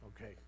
Okay